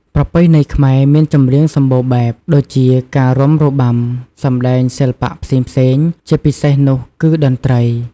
ប្រពៃណីខ្មែរមានចម្រៀងសម្បូរបែបដូចជាការរាំរបាំ សម្តែងសិល្បៈផ្សេងៗ ជាពិសេសនោះគឺតន្រ្តី។